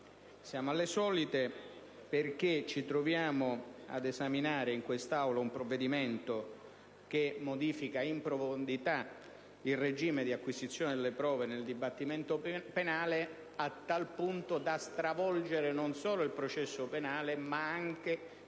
Siamo alle solite, perché ci troviamo ad esaminare in questa Aula un provvedimento che modifica in profondità il regime di acquisizione delle prove nel dibattimento penale, a tal punto da stravolgere non solo il processo penale ma anche,